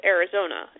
Arizona